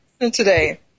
today